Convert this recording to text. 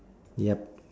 yup